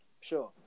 Sure